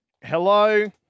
Hello